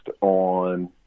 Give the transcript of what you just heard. on